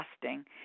fasting